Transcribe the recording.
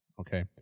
okay